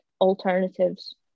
alternatives